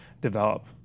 develop